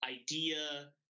idea